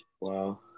Wow